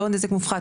לא נזק מופחת,